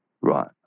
right